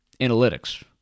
analytics